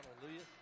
Hallelujah